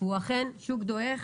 הוא אכן שוק דועך